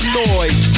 noise